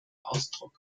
ausdruck